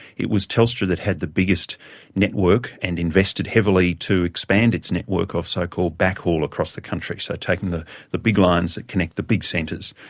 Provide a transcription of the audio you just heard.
it was telstra that had the biggest network and invested heavily to expand its network of so-called backhaul across the country, so taking the the big lines that connect the big centres.